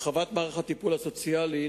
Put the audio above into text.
הרחבת מערך הטיפול הסוציאלי.